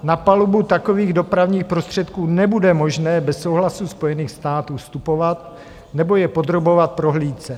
Na palubu takových dopravních prostředků nebude možné bez souhlasu Spojených států vstupovat nebo je podrobovat prohlídce.